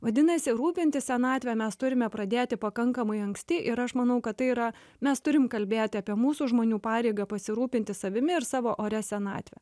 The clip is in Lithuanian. vadinasi rūpintis senatve mes turime pradėti pakankamai anksti ir aš manau kad tai yra mes turim kalbėti apie mūsų žmonių pareigą pasirūpinti savimi ir savo oria senatve